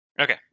Okay